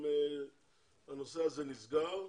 הנושא הזה נסגר,